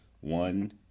One